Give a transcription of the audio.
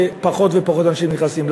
שפחות ופחות אנשים נכנסים.